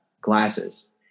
glasses